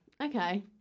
okay